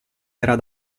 era